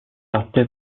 latte